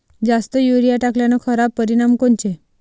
जास्त युरीया टाकल्याचे खराब परिनाम कोनचे?